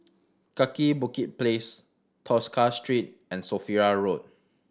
Kaki Bukit Place Tosca Street and Sophia Road